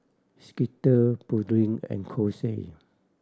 Skittle Pureen and Kose